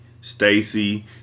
Stacy